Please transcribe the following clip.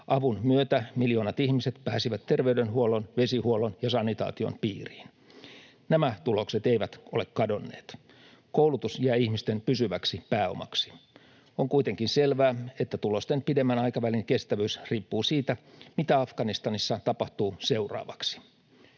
Avun myötä miljoonat ihmiset pääsivät terveydenhuollon, vesihuollon ja sanitaation piiriin. Nämä tulokset eivät ole kadonneet. Koulutus jää ihmisten pysyväksi pääomaksi. On kuitenkin selvää, että tulosten pidemmän aikavälin kestävyys riippuu siitä, mitä Afganistanissa tapahtuu seuraavaksi.